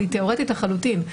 אבל היא תיאורטית לחלוטין.